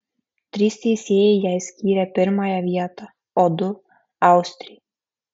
trys teisėjai jai skyrė pirmąją vietą o du austrei